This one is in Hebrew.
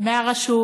מהרשות